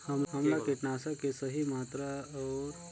हमला कीटनाशक के सही मात्रा कौन हे अउ कब फसल मे उपयोग कर सकत हन?